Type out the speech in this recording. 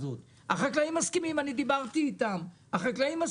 אני דיברתי עם החקלאים,